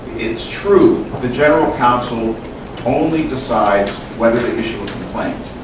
it's true the general counsel only decides whether to issue a complaint,